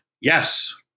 yes